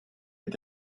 mit